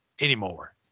anymore